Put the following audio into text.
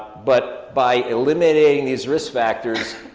but by eliminating these risk factors,